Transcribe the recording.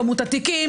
כמות התיקים,